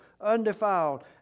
undefiled